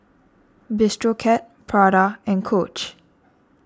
Bistro Cat Prada and Coach